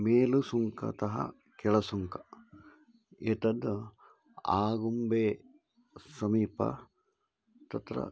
मेलुसुङ्कतः केलसुङ्क एतद् आगुम्बे समीपे तत्र